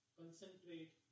concentrate